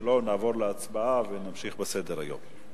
אם לא, נעבור להצבעה ונמשיך בסדר-היום.